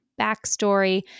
backstory